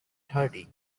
thirty